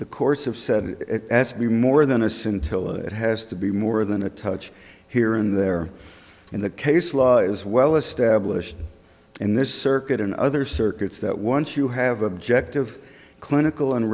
the course of said it as being more than a scintilla it has to be more than a touch here and there in the case law is well established in this circuit in other circuits that once you have objective clinical and